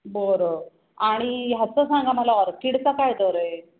बरं आणि ह्याचं सांगा मला ऑर्किडचा काय दर आहे